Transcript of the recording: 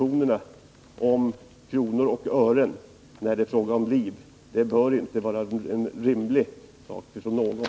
Att tala om kronor och ören när det är fråga om liv bör inte vara rimligt.